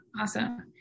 Awesome